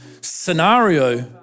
scenario